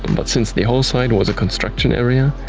but since the whole site was a construction area,